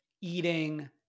eating